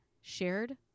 Shared